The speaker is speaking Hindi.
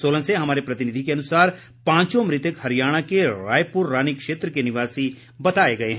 सोलन से हमारे प्रतिनिधि के अनुसार पांचों मृतक हरियाणा के रायपुर रानी क्षेत्र के निवासी बताए गए हैं